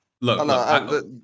Look